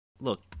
Look